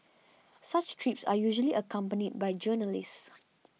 such trips are usually accompanied by journalists